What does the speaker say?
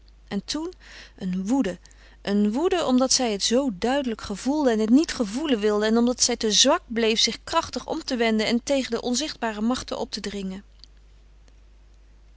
en toen een woede een woede omdat zij het zoo duidelijk gevoelde en het niet gevoelen wilde en omdat zij te zwak bleef zich krachtig om te wenden en tegen de onzichtbare machten op te dringen